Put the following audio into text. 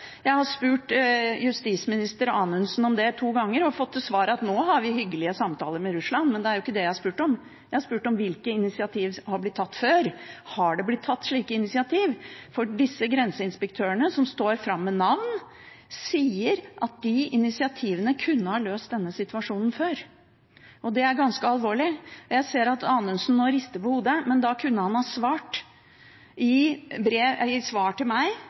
Jeg har spurt justisminister Anundsen om det to ganger og fått til svar at nå har vi hyggelige samtaler med Russland, men det er jo ikke det jeg har spurt om. Jeg har spurt: Hvilke initiativ har blitt tatt før? Har det blitt tatt slike initiativ? For disse grenseinspektørene, som står fram med navn, sier at de initiativene kunne ha løst denne situasjonen før, og det er ganske alvorlig. Jeg ser at Anundsen nå rister på hodet, men da kunne han ha svart i svaret til meg.